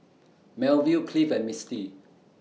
Melville Cliff and Misty